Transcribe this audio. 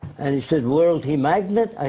and he said world, he magnet?